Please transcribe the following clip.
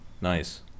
nice